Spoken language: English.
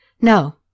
No